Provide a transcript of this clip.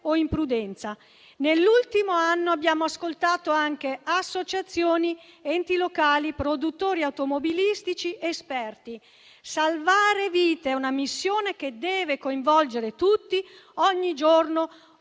imprudenza. Nell'ultimo anno abbiamo ascoltato anche associazioni, enti locali, produttori automobilistici, esperti. Salvare vite è una missione che deve coinvolgere tutti, ogni giorno,